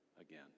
again